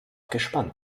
gespannt